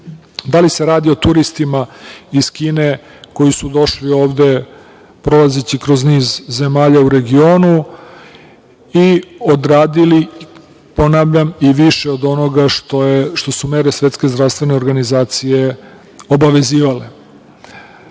da li se radi o turistima iz Kine, koji su došli ovde prolazeći kroz niz zemalja u regionu i odradili, ponavljam i više od onoga što su mere Svetske zdravstvene organizacije obavezivale. Šta